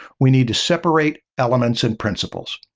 we need to separate elements and principles.